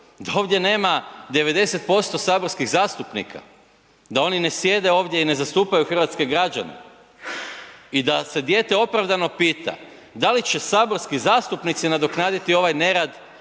da ovdje nema 90% saborskih zastupnika da oni ne sjede ovdje i ne zastupaju hrvatske građane i da se dijete opravdano pita da li će saborski zastupnici nadoknaditi ovaj nerad